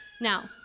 Now